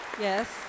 Yes